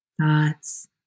thoughts